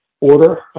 order